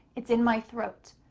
it's in my throat.